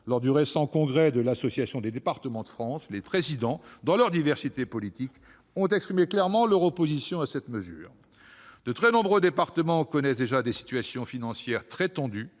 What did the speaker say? Lors du récent congrès de l'Assemblée des départements de France (ADF), les présidents de département, dans leur diversité politique, ont exprimé clairement leur opposition à cette mesure. De très nombreux départements connaissent déjà une situation financière très tendue.